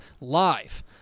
live